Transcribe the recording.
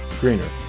greener